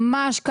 ממש.